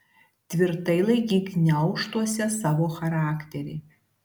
tvirtai laikyk gniaužtuose savo charakterį